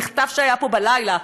המחטף שהיה פה בלילה,